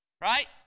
right